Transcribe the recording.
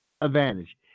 advantage